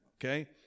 okay